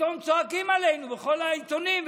ופתאום צועקים עלינו בכל העיתונים,